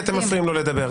כי אתם מפריעים לו לדבר.